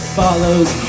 follows